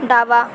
डावा